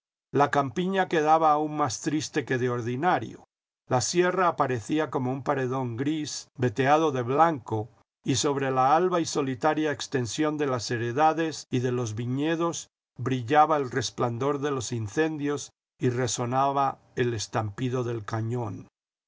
la campiña quedaba aún más triste que de ordinario la sierra aparecía como un paredón gris veteado de blanco y sobre la alba y solitaria extensión de las heredades y de los viñedos brillaba el resplandor de los incendios y resonaba el estampido del cañón